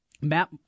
Matt